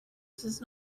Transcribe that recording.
does